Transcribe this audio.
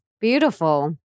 Beautiful